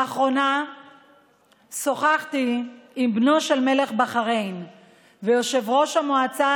לאחרונה שוחחתי עם בנו של מלך בחריין ויושב-ראש המועצה